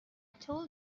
told